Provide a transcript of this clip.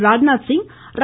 ராஜ்நாத்சிங் ர